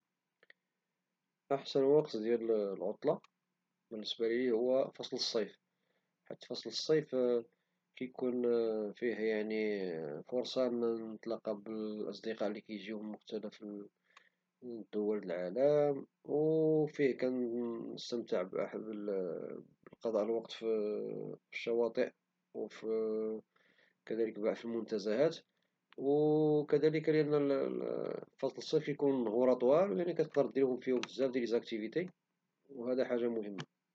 أحسن وقت ديال العطلة بالنسبة ليلي هو فصل الصيف، حيت كيكون فيه فرصة أنني نتلقا بالأصدقاء لي كيجيو من مختلف دول العالم وفيه كنستمتع بقضاء الوقت في الشواطئ وكذلك المنتزهات، وفصل الصيف كيكونو فيه النهورا طوال وكتقدر دير فيهم بزاف ديال النشاطات، وهذه حاجة مهمة.